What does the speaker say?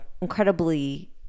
incredibly